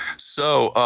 so,